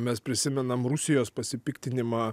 mes prisimenam rusijos pasipiktinimą